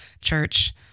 church